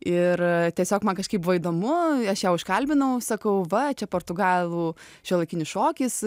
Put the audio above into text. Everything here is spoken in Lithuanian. ir tiesiog man kažkaip buvo įdomu aš ją užkalbinau sakau va čia portugalų šiuolaikinis šokis